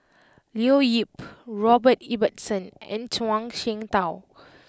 Leo Yip Robert Ibbetson and Zhuang Shengtao